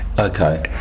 Okay